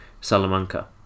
Salamanca